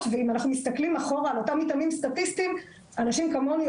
ואם אנחנו מסתכלים אחורה על אותם מתאמים סטטיסטים אנשים כמוני